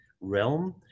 realm